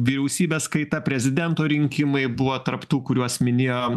vyriausybės kaita prezidento rinkimai buvo tarp tų kuriuos minėjo